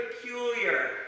peculiar